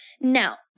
Now